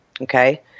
Okay